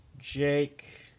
Jake